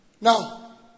Now